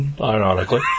Ironically